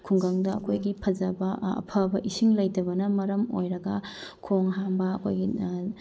ꯈꯨꯡꯒꯪꯗ ꯑꯩꯈꯣꯏꯒꯤ ꯐꯖꯕ ꯑꯐꯕ ꯏꯁꯤꯡ ꯂꯩꯇꯕꯅ ꯃꯔꯝ ꯑꯣꯏꯔꯒ ꯈꯣꯡ ꯍꯥꯝꯕ ꯑꯩꯈꯣꯏꯒꯤ